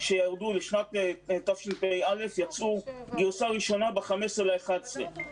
שירדו לשנת תשפ"א יצאו בגרסה ראשונה ב-15 בנובמבר.